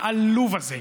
העלוב הזה,